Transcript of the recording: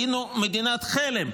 היינו מדינתם חלם: